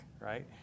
right